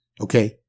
okay